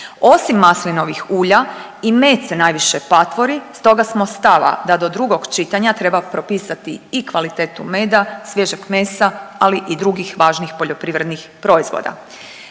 Osim maslinovih ulja i med se najviše patvori stoga smo stava da do drugog čitanja treba propisati i kvalitetu meda, svježeg mesa, ali i drugih važnih poljoprivrednih proizvoda.